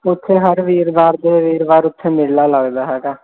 ਉੱਥੇ ਹਰ ਵੀਰਵਾਰ ਦੇ ਵੀਰਵਾਰ ਉੱਥੇ ਮੇਲਾ ਲੱਗਦਾ ਹੈਗਾ